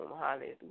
hallelujah